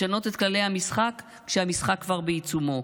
לשנות את כללי המשחק כשהמשחק כבר בעיצומו,